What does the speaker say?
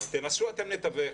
תנסו אתם לתווך.